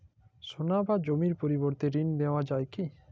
সোনা বা জমির পরিবর্তে ঋণ নেওয়া যায় কী?